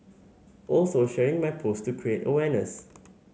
also sharing my post to create awareness